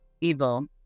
evil